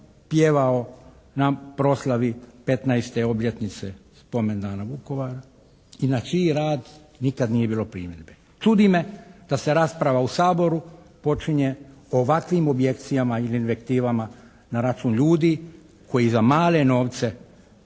pjevao na proslavi 15. obljetnice spomen dana Vukovara i na čiji rad nikad nije bilo primjedbi. Čudi me da se rasprava u Saboru počinje ovakvim objekcijama ili invertivama na račun ljudi koji za male novce